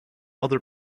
other